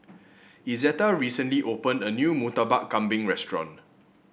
Izetta recently opened a new Murtabak Kambing restaurant